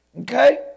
Okay